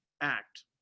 act